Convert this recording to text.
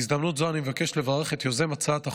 בהזדמנות זו אני מבקש לברך את יוזם הצעת החוק,